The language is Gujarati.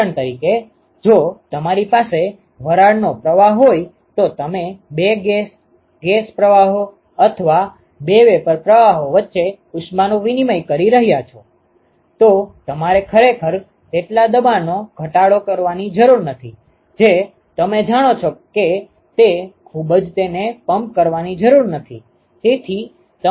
ઉદાહરણ તરીકે જો તમારી પાસે વરાળનો પ્રવાહ હોય તો તમે બે ગેસ ગેસ પ્રવાહો અથવા બે વેપર પ્રવાહો વચ્ચે ઉષ્માનું વિનીમય કરી રહ્યાં છો તો તમારે ખરેખર તેટલા દબાણ નો ઘટડો જરૂર નથી જે તમે જાણો છો તે ખૂબ જ તેને પંપ કરવાની જરૂર નથી